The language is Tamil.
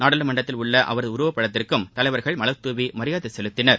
நாடாளுமன்றத்தில் உள்ள அவரது உருவப்படத்திற்கும் தலைவர்கள் மலர்தூவி மரியாதை செலுத்தினர்